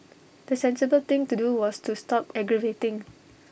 the sensible thing to do was to stop aggravating